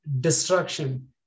destruction